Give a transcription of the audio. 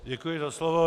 Děkuji za slovo.